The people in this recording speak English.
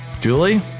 Julie